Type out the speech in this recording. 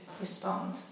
respond